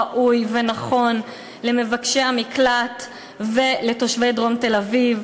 ראוי ונכון למבקשי המקלט ולתושבי דרום תל-אביב.